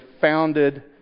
founded